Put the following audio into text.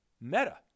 Meta